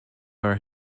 our